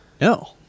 no